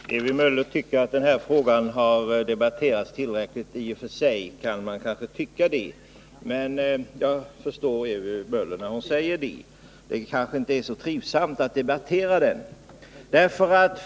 Herr talman! Ewy Möller tycker att den här frågan har debatterats tillräckligt. I och för sig kan man kanske tycka det. Jag förstår också att Ewy Möller säger det, för det kanske inte är så trivsamt att debattera den.